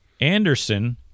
Anderson